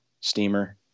steamer